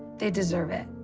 they deserve it.